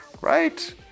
right